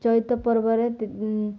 ଚୈତ୍ର ପର୍ବରେ